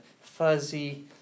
fuzzy